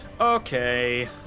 Okay